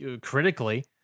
critically